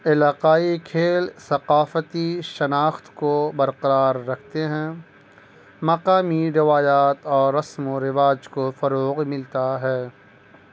علاقائی کھیل ثقافتی شناخت کو برقرار رکھتے ہیں مقامی روایات اور رسم و رواج کو فروغ ملتا ہے